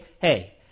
hey